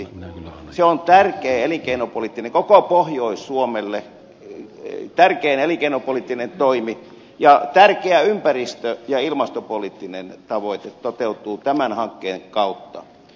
se on tärkein elinkeinopoliittinen toimi koko pohjois suomelle ja tärkeä ympäristö ja ilmastopoliittinen tavoite toteutuu tämän hankkeen kautta